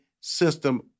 system